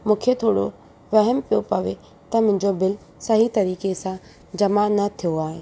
मूंखे थोरो वहमु पियो पए त मुंहिंजो बिल सही तरीक़े जमा न थियो आहे